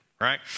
right